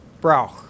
brauch